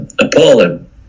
appalling